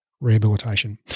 Rehabilitation